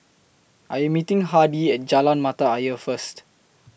I Am meeting Hardy At Jalan Mata Ayer First